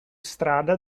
strada